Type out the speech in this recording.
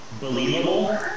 believable